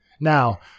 now